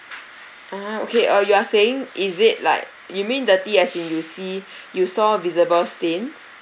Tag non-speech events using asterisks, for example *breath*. ah okay uh you are saying is it like you mean dirty as in you see *breath* you saw visible stains